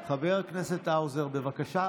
חבר הכנסת האוזר, בבקשה.